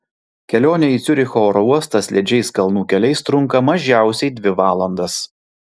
kelionė į ciuricho oro uostą slidžiais kalnų keliais trunka mažiausiai dvi valandas